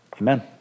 Amen